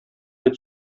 дип